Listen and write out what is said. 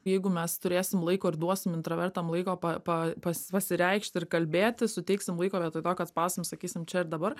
jeigu mes turėsim laiko ir duosim intravertam laiko pa pa pas pasireikšti ir kalbėti suteiksim laiko vietoj to kad spausim sakysim čia ir dabar